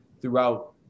throughout